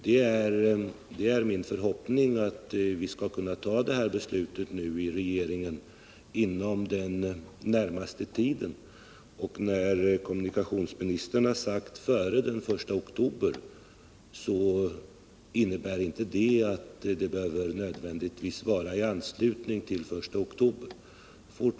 Det är min förhoppning att regeringen skall kunna fatta beslut inom den närmaste tiden. När kommunikationsministern har sagt att beslutet skall fattas före den 1 oktober innebär det inte att vi måste vänta till den 1 oktober.